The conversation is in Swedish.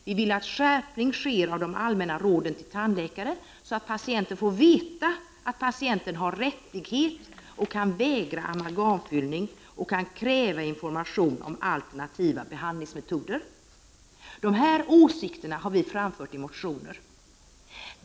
Vi vill ha en skärpning av de allmänna råden till tandläkare, så att patienter får veta att de har rättighet att vägra amalgamfyllning och att de kan kräva information om alternativa behandlingsmetoder. Dessa åsikter har vi framfört i motioner.